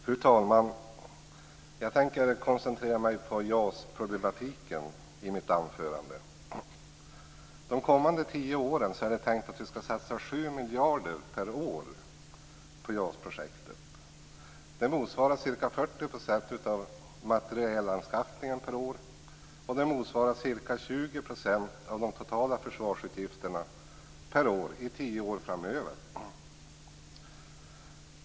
Fru talman! Jag tänker koncentrera mig på JAS problematiken i mitt anförande. De kommande tio åren är det tänkt att vi skall satsa 7 miljarder per år på JAS-projektet. Det motsvarar ca 40 % av materielanskaffningen per år, och det motsvarar ca 20 % av de totala försvarsutgifterna per år i tio år framöver.